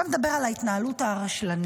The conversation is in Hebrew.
עכשיו נדבר על ההתנהלות הרשלנית,